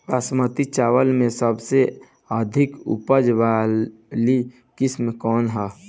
बासमती चावल में सबसे अधिक उपज वाली किस्म कौन है?